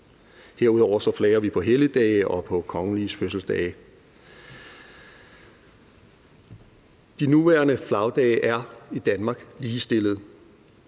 Herudover flager vi på helligdage og på de kongeliges fødselsdage. De nuværende flagdage er i Danmark ligestillet.